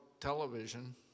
television